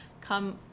come